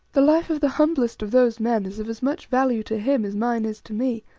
the life of the humblest of those men is of as much value to him as mine is to me,